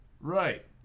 Right